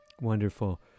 Wonderful